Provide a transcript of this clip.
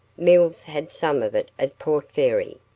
mills had some of it at port fairy.